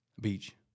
Beach